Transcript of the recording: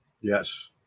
Yes